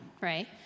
right